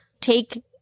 take